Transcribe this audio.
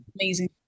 amazing